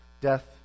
death